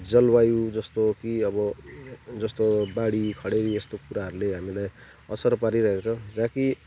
जलवायु जस्तो कि अब जस्तो बाढी खडेरी यस्तो कुराहरले हामीलाई असर पारिरहेको छ जहाँ कि